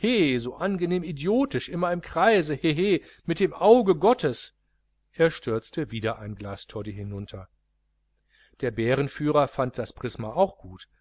so angenehm idiotisch immer im kreise hehe mit dem auge gottes er stürzte wieder ein glas toddy hinunter der bärenführer fand das prisma auch gut